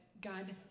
God